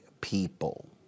people